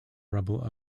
rubble